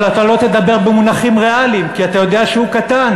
אבל אתה לא תדבר במונחים ריאליים כי אתה יודע שהוא קטן.